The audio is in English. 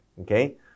okay